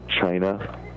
China